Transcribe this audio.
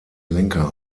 lenker